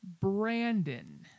Brandon